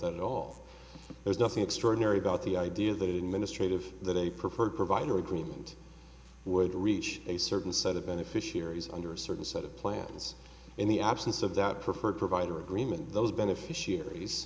that at all there's nothing extraordinary about the idea that in ministry of that a preferred provider agreement would reach a certain set of beneficiaries under a certain set of plans in the absence of that preferred provider agreement those beneficiaries